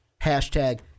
hashtag